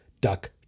Duck